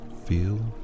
feel